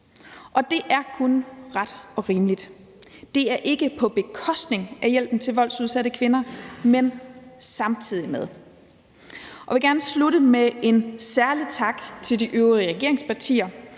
og det er kun ret og rimeligt. Det er ikke på bekostning af hjælpen til voldsudsatte kvinder, men samtidig med. Jeg vil gerne slutte med en særlig tak til de øvrige regeringspartier,